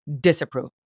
disapprove